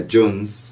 Jones